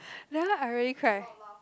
that one I really cry